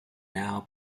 now